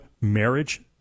marriage